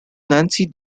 nancy